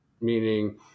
meaning